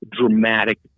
dramatic